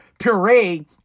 puree